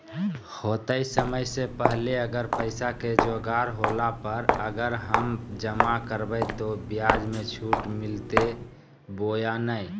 होतय समय से पहले अगर पैसा के जोगाड़ होला पर, अगर हम जमा करबय तो, ब्याज मे छुट मिलते बोया नय?